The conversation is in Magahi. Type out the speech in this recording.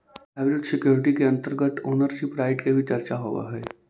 हाइब्रिड सिक्योरिटी के अंतर्गत ओनरशिप राइट के भी चर्चा होवऽ हइ